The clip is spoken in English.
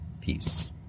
peace